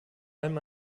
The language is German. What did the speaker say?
allem